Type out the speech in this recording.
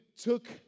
took